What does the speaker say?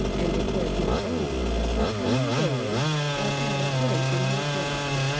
and declared his own purpose of coming daily as had of late been his wont.